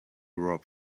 rob